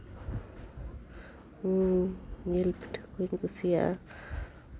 ᱡᱤᱞ ᱯᱤᱴᱷᱟᱹ ᱠᱩᱧ ᱠᱩᱥᱤᱭᱟᱜᱼᱟ